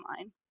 online